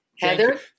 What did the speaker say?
heather